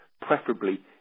preferably